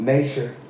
Nature